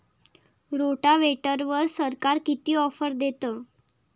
रोटावेटरवर सरकार किती ऑफर देतं?